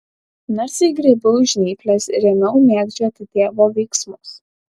narsiai griebiau žnyples ir ėmiau mėgdžioti tėvo veiksmus